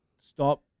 stop